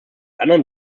anderen